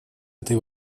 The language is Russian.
этой